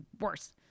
worse